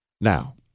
Now